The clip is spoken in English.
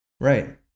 right